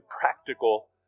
practical